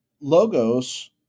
Logos